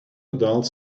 adults